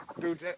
dude